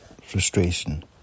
frustration